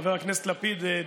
חבר הכנסת לפיד,